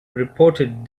reported